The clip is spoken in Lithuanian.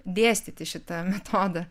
dėstyti šitą metodą